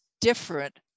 different